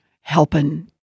helping